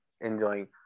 enjoying